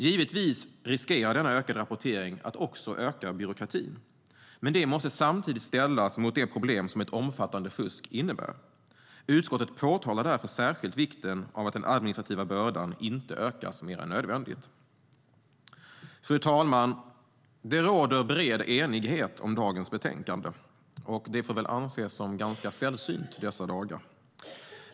Givetvis finns det risk att denna ökade rapportering också ökar byråkratin, men det måste samtidigt ställas mot de problem som ett omfattande fusk innebär. Utskottet framhåller därför särskilt vikten av att den administrativa bördan inte ökas mer än nödvändigt. Fru talman! Det råder bred enighet om dagens betänkande. Det får väl anses som ganska sällsynt dessa dagar.